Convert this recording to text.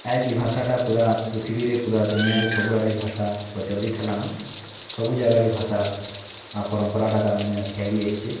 ଆଜି ଭାଷାଟା ପୁରା ପୃଥିବୀରେ ପୁରା ଦୁନିଆରେ ସବୁଆଡ଼େ ଏଇ ଭାଷା ପ୍ରଚଲିତ୍ ହେଲା ନ ସବୁ ଜାଗାରେ ଏ ଭାଷା ଆଉ ପରମ୍ପରାଟା ତା'ର୍ ମାନେ ଫେଲି ଆସିଛି